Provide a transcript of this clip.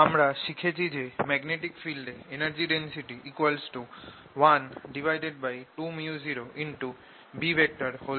আমরা শিখেছি যে একটা ম্যাগনেটিক ফিল্ড এ energy density 12µoB2